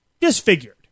disfigured